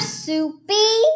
soupy